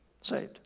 saved